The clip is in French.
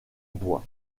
bois